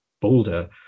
bolder